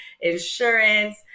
insurance